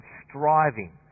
striving